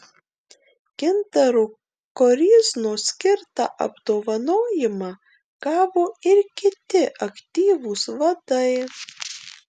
gintaro koryznos skirtą apdovanojimą gavo ir kiti aktyvūs vadai